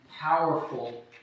powerful